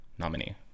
nominee